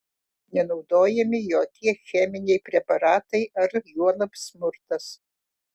nenaudojami jokie cheminiai preparatai ar juolab smurtas